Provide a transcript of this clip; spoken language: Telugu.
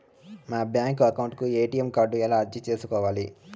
మా బ్యాంకు అకౌంట్ కు ఎ.టి.ఎం కార్డు ఎలా అర్జీ సేసుకోవాలి?